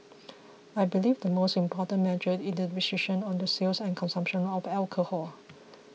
I believe the most important measure is the restriction on the sales and consumption of alcohol